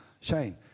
Shane